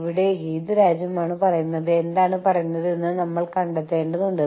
ഞാൻ ഈ ബ്രാൻഡുകളെ പ്രോത്സാഹിപ്പിക്കാൻ ശ്രമിക്കുകയല്ല ഞാൻ നിങ്ങൾക്ക് ഒരു ഉദാഹരണം മാത്രം നൽക്കുകയാണ്